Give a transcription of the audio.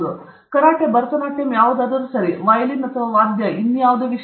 ಅದೇ ಕರಾಟೆ ಭರತನಾಟ್ಯಂ ಯಾವುದಾದರೂ ಸರಿ ವಯೋಲಿನ್ ಅಥವಾ ಯಾವುದೇ ವಾದ್ಯ ಅಥವಾ ಯಾವುದಾದರೂ ವಿಷಯ